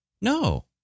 no